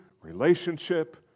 relationship